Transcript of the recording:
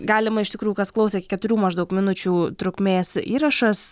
galima iš tikrųjų kas klausė keturių maždaug minučių trukmės įrašas